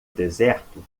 deserto